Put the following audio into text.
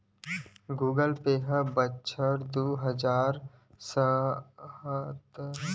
Google Pay बछर दू हजार सतरा म लांच होइस हवय जेन ह आज के बेरा म अपन पुरा बजार बना ले हवय